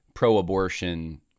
pro-abortion